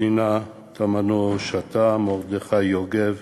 פנינה תמנו-שטה, מרדכי יוגב,